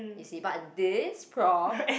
you see but this prof